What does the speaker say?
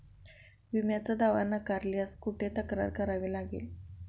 विम्याचा दावा नाकारल्यास कुठे तक्रार करावी लागेल?